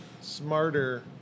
smarter